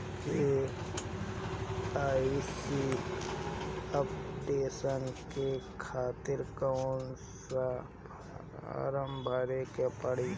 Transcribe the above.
KYC updation के खातिर कौन सा फारम भरे के पड़ी?